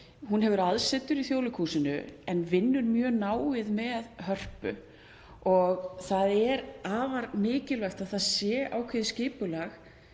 hún hefur aðsetur í Þjóðleikhúsinu en vinnur mjög náið með Hörpu. Það er afar mikilvægt að það sé ákveðið skipulag